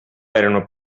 erano